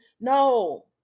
no